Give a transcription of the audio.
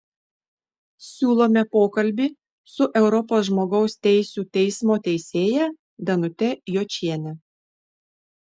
siūlome pokalbį su europos žmogaus teisių teismo teisėja danute jočiene